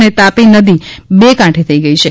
અને તાપી નદી બે કાંઠે તઈ છે